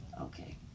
Okay